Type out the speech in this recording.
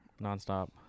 nonstop